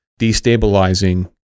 destabilizing